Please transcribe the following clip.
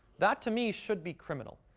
that to me should be criminal.